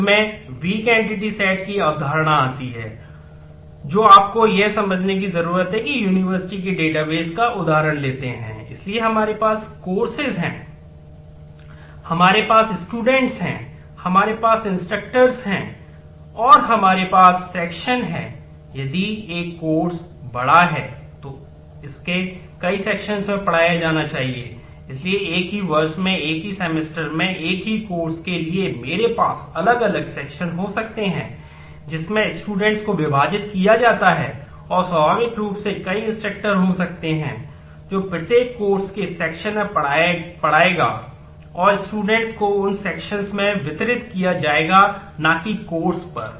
अंत में weak entity sets पर